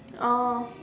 oh